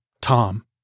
Tom